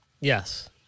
Yes